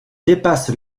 dépasse